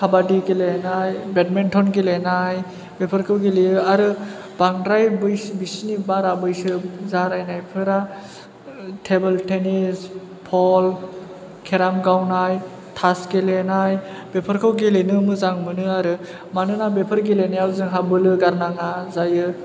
खाबादि गेलेनाय बेदमिन्टन गेलेनाय बेफोरखौ गेलेयो आरो बांद्राय बैस बैसोनि बारा बैसो जाद्रायनायफोरा टेबोल टेनिस फल खेराम गावनाय तास गेलेनय बेफोरखौ गेलेनो मोजां मोनो आरो मानोना बेफोर गेलेनायाव जोंहा बोलो गारनाङा जायो